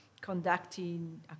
conducting